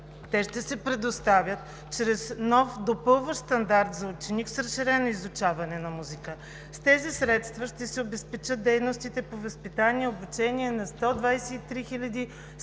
Те ще се предоставят чрез нов, допълващ стандарт за ученик с разширено изучаване на музика. С тези средства ще се обезпечат дейностите по възпитание и обучение на 123 192 деца